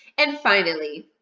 and finally,